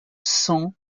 cents